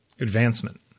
advancement